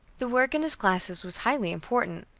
the work in his classes was highly important.